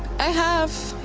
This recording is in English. i have,